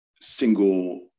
single